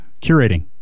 curating